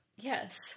Yes